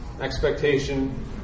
expectation